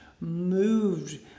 moved